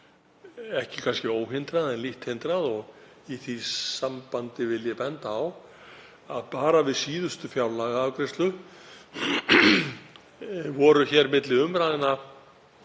ekki óhindrað en lítt hindrað. Í því sambandi vil ég benda á að bara við síðustu fjárlagaafgreiðslu voru hér milli umræðna